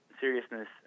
seriousness